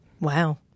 Wow